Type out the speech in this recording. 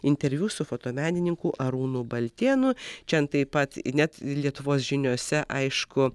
interviu su fotomenininku arūnu baltėnu tšen taip pat net lietuvos žiniose aišku